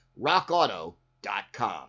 Rockauto.com